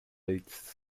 its